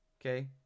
okay